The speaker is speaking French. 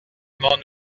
nommé